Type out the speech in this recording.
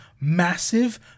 massive